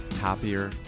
happier